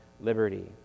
liberty